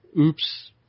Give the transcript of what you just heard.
Oops